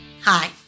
Hi